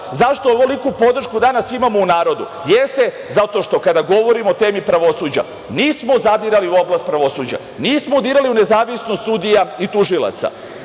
zašto ovoliku podršku danas imamo u narodu jeste zato što kada govorimo o temi pravosuđa nismo zadirali u oblast pravosuđa, nismo dirali u nezavisnost sudija i tužilaca.